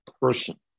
person